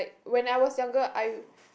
when I was younger I